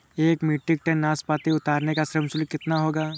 एक metric tonne नाशपाती उतारने का श्रम शुल्क कितना होगा?